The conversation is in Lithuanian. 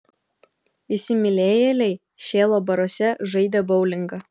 įsimylėjėliai šėlo baruose žaidė boulingą